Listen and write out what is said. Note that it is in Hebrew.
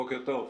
בוקר טוב.